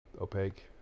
opaque